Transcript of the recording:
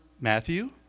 Matthew